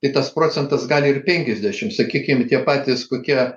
tai tas procentas gali ir penkiasdešimt sakykim tie patys kokie